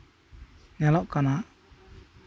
ᱧᱮᱞᱚᱜ ᱠᱟᱱᱟ